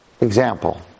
example